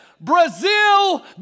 Brazil